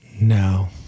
no